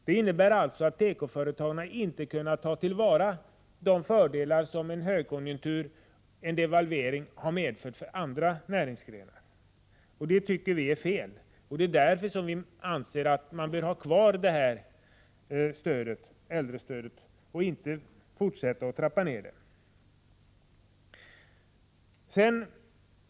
Det innebär att tekoföretagen inte har kunnat ta till vara fördelarna av devalveringen och högkonjunkturen på samma sätt som andra näringsgrenar. Det tycker vi är fel, och därför anser vi att äldrestödet bör finnas kvar och inte fortsätta att trappas ned.